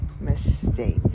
mistake